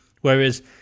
whereas